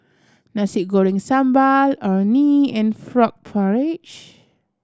Nasi Goreng Sambal Orh Nee and frog porridge